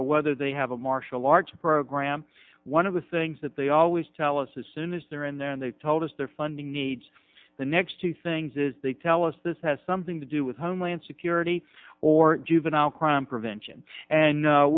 or whether they have a martial arts program one of the things that they always tell us as soon as they're in there and they told us their funding needs the next two things is they tell us this has something to do with homeland security or juvenile crime prevention and